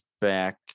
back